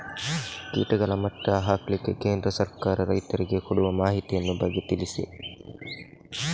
ಕೀಟಗಳ ಮಟ್ಟ ಹಾಕ್ಲಿಕ್ಕೆ ಕೇಂದ್ರ ಸರ್ಕಾರ ರೈತರಿಗೆ ಕೊಡುವ ಮಾಹಿತಿಯ ಬಗ್ಗೆ ಹೇಳಿ